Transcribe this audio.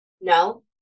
no